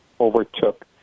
overtook